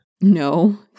No